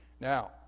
Now